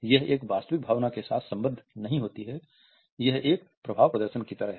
यह एक वास्तविक भावना के साथ संबद्ध नहीं होती है यह एक प्रभाव प्रदर्शन की तरह है